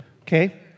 Okay